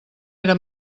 era